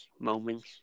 moments